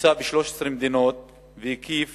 בוצע ב-13 מדינות והקיף